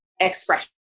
expression